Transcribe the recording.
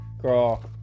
Girl